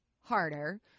harder